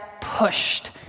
pushed